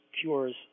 cures